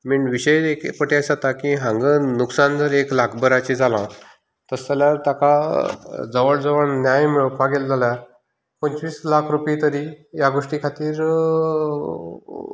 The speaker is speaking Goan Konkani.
मेन विशय एक फावटी अशें जाता की हांगा लुकसाण जर एक लाख भराचें जालें तशें जाल्यार ताका जवळ जवळ न्याय मेळोवपाक गेलो जाल्यार पंचवीस लाख रुपया तरी ह्या गोश्टी खातीर